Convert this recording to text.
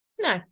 No